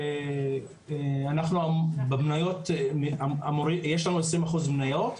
שאנחנו יש לנו עשרים אחוז מניות,